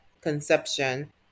conception